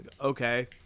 Okay